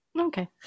Okay